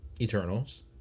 Eternals